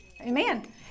amen